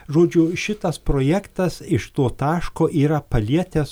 žodžiu šitas projektas iš to taško yra palietęs